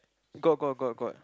got got got got